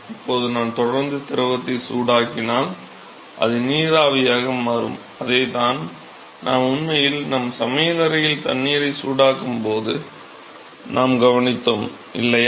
இப்போது நான் தொடர்ந்து திரவத்தை சூடாக்கினால் அது நீராவியாக மாறும் அதைத்தான் நாம் உண்மையில் நம் சமையலறையில் தண்ணீரை சூடாக்கும்போது நாம் கவனித்தோம் இல்லையா